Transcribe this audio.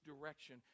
direction